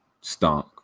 stunk